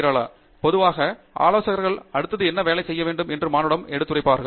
டங்கிராலா பொதுவாக ஆலோசகர்கள் அடுத்து என்ன வேலை செய்ய வேண்டும் என்று மாணவரிடம் எடுத்துரைப்பார்கள்